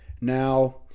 Now